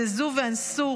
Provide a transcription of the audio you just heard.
בזזו ואנסו,